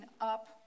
up